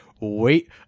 wait